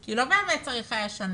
כי לא באמת היה צריך שנה